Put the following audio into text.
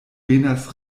venas